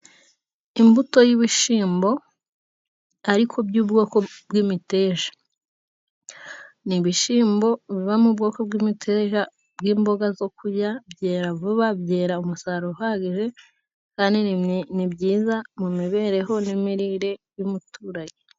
Imbuto y'ibishyimbo ariko by’ubwoko bw’imiteja, ni ibishyimbo biva mu bwoko bw’imiteja bw’imboga zo kurya. Byera vuba, byera umusaruro uhagije, kandi ni byiza mu mibereho n'imirire y’umuturage.